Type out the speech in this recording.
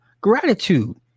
gratitude